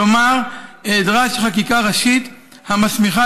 כלומר היעדרה של חקיקה ראשית המסמיכה